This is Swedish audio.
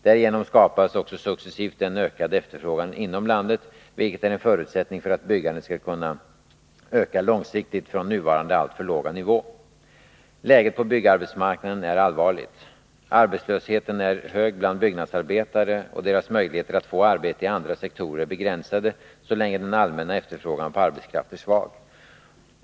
Därigenom skapas också successivt en ökad efterfrågan inom landet, vilket är en förutsättning för att byggandet skall kunna öka långsiktigt från nuvarande alltför låga nivå. Läget på byggarbetsmarknaden är allvarligt. Arbetslösheten är hög bland byggnadsarbetare, och deras möjligheter att få arbete i andra sektorer är begränsade så länge den allmänna efterfrågan på arbetskraft är svag.